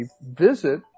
visit